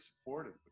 supportive